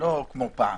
לא כמו פעם.